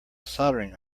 soldering